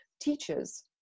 teachers